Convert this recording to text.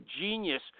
genius